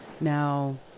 Now